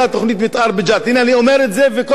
הנה אני אומר את זה וכל עם ישראל שומע אותי: